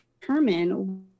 determine